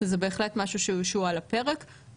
וזה בהחלט משהו שהוא על הפרק.